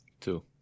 Two